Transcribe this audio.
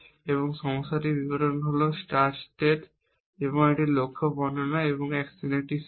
এবং সমস্যার বিবরণ হল একটি স্টার্ট স্টেটস এবং একটি লক্ষ্য বর্ণনা এবং অ্যাকশনের একটি সেট